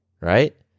right